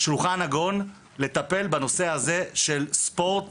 שולחן עגול על מנת לטפל בנושא הזה של ספורט